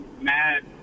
mad